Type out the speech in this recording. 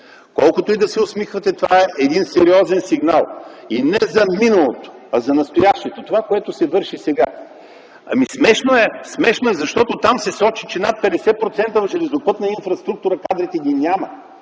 Колкото и да се усмихвате, това е един сериозен сигнал и не за миналото, а за настоящето, за това, което се върши сега. Смешно е, защото там се сочи, че над 50% в железопътна инфраструктура кадрите ги няма.